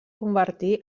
convertir